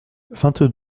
vingt